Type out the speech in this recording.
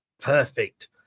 Perfect